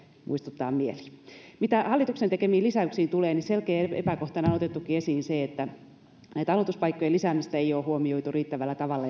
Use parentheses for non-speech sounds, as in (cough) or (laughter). muistuttaa mieliin mitä hallituksen tekemiin lisäyksiin tulee niin selkeänä epäkohtana on otettukin esiin se että aloituspaikkojen lisäämistä ei ole huomioitu riittävällä tavalla (unintelligible)